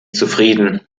zufrieden